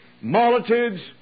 multitudes